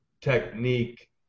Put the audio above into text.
technique